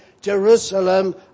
Jerusalem